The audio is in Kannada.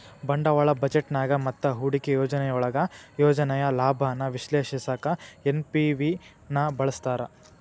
ಬಂಡವಾಳ ಬಜೆಟ್ನ್ಯಾಗ ಮತ್ತ ಹೂಡಿಕೆ ಯೋಜನೆಯೊಳಗ ಯೋಜನೆಯ ಲಾಭಾನ ವಿಶ್ಲೇಷಿಸಕ ಎನ್.ಪಿ.ವಿ ನ ಬಳಸ್ತಾರ